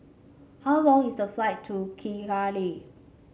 how long is the flight to Kigali